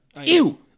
Ew